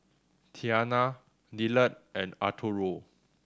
Tianna Dillard and Arturo